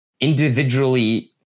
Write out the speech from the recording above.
individually